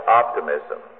optimism